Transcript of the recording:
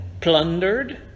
plundered